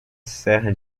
serra